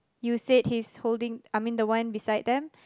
you said he's holding I mean the one beside them